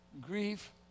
grief